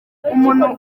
umuntu